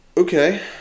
Okay